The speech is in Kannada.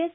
ಎಸ್